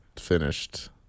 finished